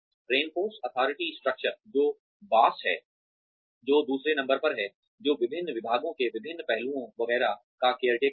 reinforce authority structure जो boss है जो दूसरे नंबर पर है जो विभिन्न विभागों के विभिन्न पहलुओं वगैरह का केयरटेकर है